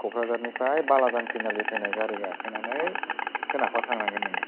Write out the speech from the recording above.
क'क्राझारनिफ्राय बालाजान तिनालि फैनाय गारि गाखोनानै सोनाफा थांनांगोन नोङो